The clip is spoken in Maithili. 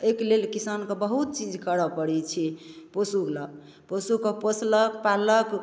अइके लेल किसानके बहुत चीज करऽ पड़ै छै पशु लए पशुके पोसलक पाललक